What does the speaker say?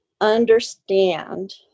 understand